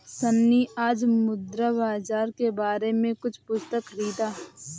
सन्नी आज मुद्रा बाजार के बारे में कुछ पुस्तक खरीदा